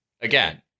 Again